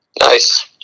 Nice